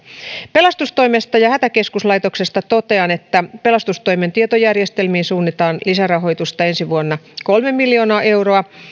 pelastustoimesta ja hätäkeskuslaitoksesta totean että pelastustoimen tietojärjestelmiiin suunnataan lisärahoitusta ensi vuonna kolme miljoonaa euroa